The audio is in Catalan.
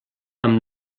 amb